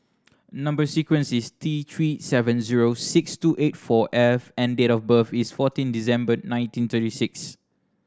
number sequence is T Three seven zero six two eight four F and date of birth is fourteen December nineteen thirty six